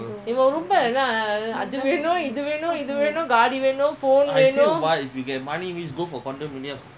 அப்படினாஒண்ணுவந்து:apadina onnu vandhu maintenance fee three hundred four hundred கட்டணும்:kattanum